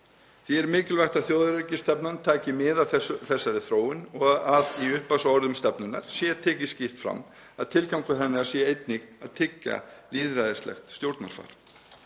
Því er mikilvægt að þjóðaröryggisstefnan taki mið af þessari þróun og að í upphafsorðum stefnunnar sé tekið skýrt fram að tilgangur hennar sé einnig að tryggja lýðræðislegt stjórnarfar.